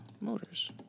Motors